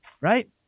Right